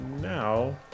now